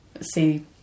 See